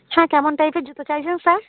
হ্যাঁ কেমন টাইপের জুতো চাইছেন স্যার